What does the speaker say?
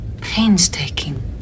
painstaking